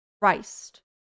Christ